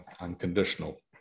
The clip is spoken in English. unconditional